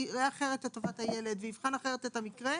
יראה אחרת את טובת הילד ויבחן אחרת את המקרה,